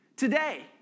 Today